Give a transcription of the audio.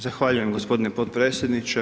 Zahvaljujem gospodine potpredsjedniče.